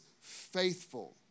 faithful